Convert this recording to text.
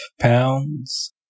pounds